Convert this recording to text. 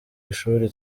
ishuri